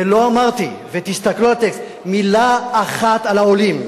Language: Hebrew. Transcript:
ולא אמרתי, ותסתכלו על הטקסט, מלה אחת על העולים.